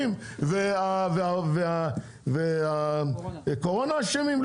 אשמים והקורונה אשמה?